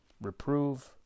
reprove